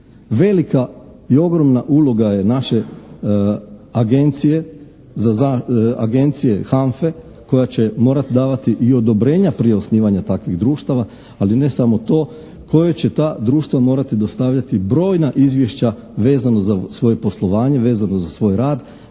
Velika i ogromna uloga je naše Agencije HANFA-e koja će morati davati i odobrenja prije osnivanja takvih društava ali ne samo to, kojoj će ta društva morati dostavljati brojna izvješća vezano za svoje poslovanje, vezano za svoj rad